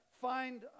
find